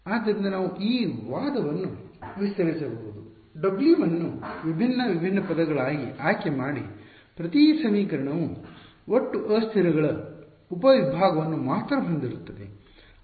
ಆದ್ದರಿಂದ ನಾವು ಈ ವಾದವನ್ನು ವಿಸ್ತರಿಸಬಹುದು Wm ಅನ್ನು ವಿಭಿನ್ನ ವಿಭಿನ್ನ ಪದಗಳಾಗಿ ಆಯ್ಕೆ ಮಾಡಿ ಪ್ರತಿ ಸಮೀಕರಣವು ಒಟ್ಟು ಅಸ್ಥಿರಗಳ ಉಪವಿಭಾಗವನ್ನು ಮಾತ್ರ ಹೊಂದಿರುತ್ತದೆ